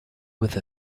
with